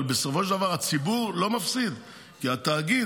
אבל בסופו של דבר, הציבור לא מפסיד, כי התאגיד